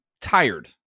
tired